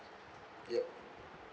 yup